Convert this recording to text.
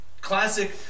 classic